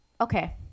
okay